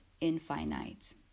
infinite